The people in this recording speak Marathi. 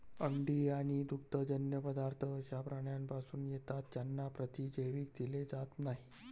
अंडी आणि दुग्धजन्य पदार्थ अशा प्राण्यांपासून येतात ज्यांना प्रतिजैविक दिले जात नाहीत